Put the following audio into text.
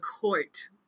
court